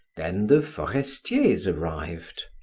then the forestiers arrived,